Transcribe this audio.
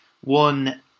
one